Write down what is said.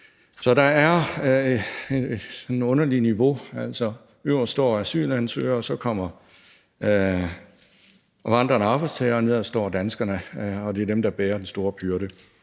Så der er en underlig niveaudeling: Øverst står asylansøgere, så kommer vandrende arbejdstagere, og nederst står danskerne, og det er dem, der bærer den store byrde.